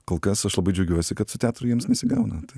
kol kas aš labai džiaugiuosi kad su teatru jiems nesigauna tai